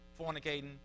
fornicating